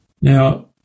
Now